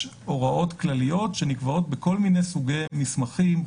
הוראות כלליות שנקבעות בכל מיני סוגי מסמכים,